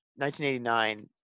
1989